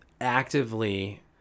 actively